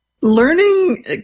Learning